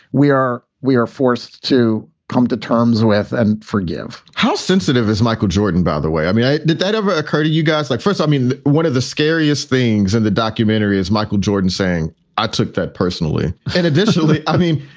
we are we are forced to come to terms with and forgive how sensitive is michael jordan, by the way? i mean, did that ever occur to you guys? like, first? i mean, one of the scariest things in and the documentary is michael jordan saying i took that personally. and additionally, i mean,